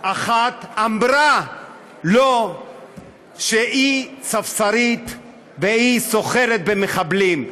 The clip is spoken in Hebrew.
אחת אמרה לו שהיא ספסרית והיא סוחרת במחבלים.